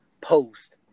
post